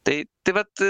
tai tai vat